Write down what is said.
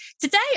today